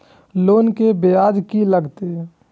Loan के ब्याज की लागते?